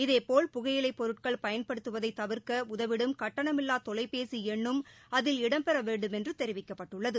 இதேபோல் புகையிலைப் பொருட்கள் பயன்படுத்துவதை தவிா்க்க உதவிடும் கட்டணமில்லா தொலைபேசி எண்னும் அதில் இடம்பெற வேண்டுமென்று தெரிவிக்கப்பட்டுள்ளது